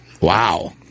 wow